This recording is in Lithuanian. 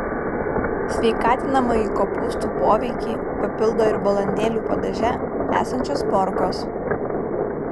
sveikatinamąjį kopūstų poveikį papildo ir balandėlių padaže esančios morkos